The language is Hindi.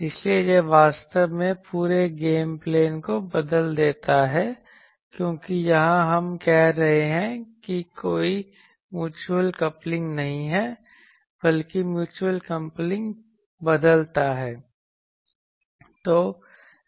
इसलिए यह वास्तव में पूरे गेम प्लान को बदल देता है क्योंकि यहां हम कह रहे हैं कि कोई म्यूचल कपलिंग नहीं है बल्कि म्यूचल कपलिंग बदलता है